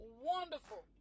wonderful